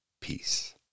Peace